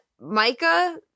Micah